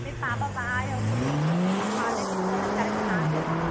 మీ పాప బాగా చదువుతుంది ఇపుడు మీరు హాలిడేస్ తీసుకోవడం కరెక్ట్ కాదు కదా